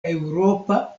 eŭropa